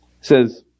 says